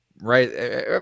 right